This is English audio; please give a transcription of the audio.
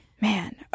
Man